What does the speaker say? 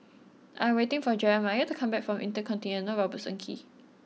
I am waiting for Jerimiah to come back from InterContinental Robertson Quay